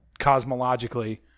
cosmologically